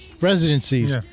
Residencies